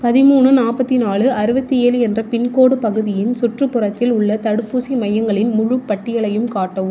பதிமூணு நாற்பத்தி நாலு அறுபத்து ஏழு என்ற பின்கோடு பகுதியின் சுற்றுப்புறத்தில் உள்ள தடுப்பூசி மையங்களின் முழுப் பட்டியலையும் காட்டவும்